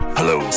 Hello